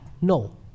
No